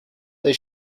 they